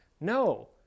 No